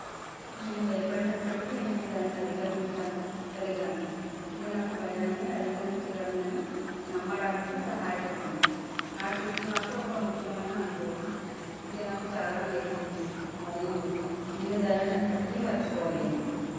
నేను భయపడినప్పటికి నేను దానిని అధిగమించగలిగాను ఇది నాకు భయాన్ని అధిగమించగలను అని నమ్మడానికి సహాయపడింది ఆ ట్రిప్పు నాకు ఒక ముఖ్యమైన అనుభవం ఇది నాకు చాలా నేర్పింది మరియు నేను దానిని ఎప్పటికి మర్చిపోలేను